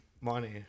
Money